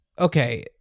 Okay